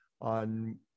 on